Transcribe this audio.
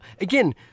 again